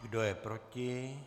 Kdo je proti?